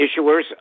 issuers